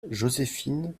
joséphine